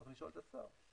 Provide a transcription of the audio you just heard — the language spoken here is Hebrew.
צריך לשאול את השר.